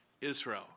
Israel